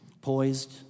poised